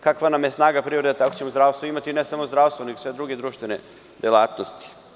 Kakva nam je snaga privrede, takvo ćemo zdravstvo imati, ne samo zdravstvo nego i sve druge društvene delatnosti.